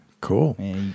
Cool